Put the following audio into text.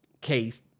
case